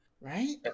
Right